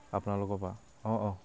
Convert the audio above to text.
আপোনালোকৰ পৰা অঁ অঁ